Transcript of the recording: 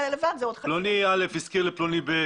פלוני א' השכיר לפלוני ב',